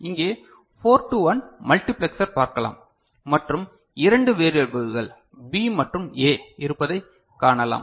இங்கே 4 to 1 multiplexer பார்க்கலாம் மற்றும் இரண்டு வேரியபல்கள் பி மற்றும் ஏ இருப்பதைக் காணலாம்